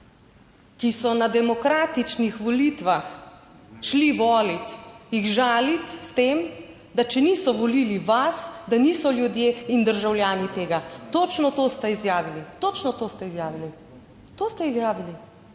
ki so na demokratičnih volitvah šli volit, jih žaliti s tem, da če niso volili vas, da niso ljudje in državljani tega. Točno to ste izjavili, točno to ste izjavili, to ste izjavili.